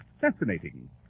fascinating